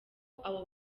abo